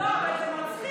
לא, אבל זה מצחיק.